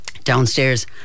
downstairs